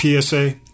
PSA